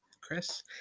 Chris